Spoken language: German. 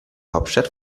hauptstadt